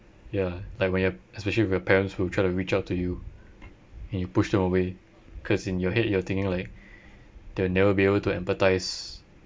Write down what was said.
ya like when you're especially with your parents who try to reach out to you and you push them away because in your head you are thinking like they'll never be able to empathise